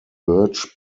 birch